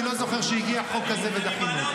אני לא זוכר שהגיע חוק כזה ודחינו.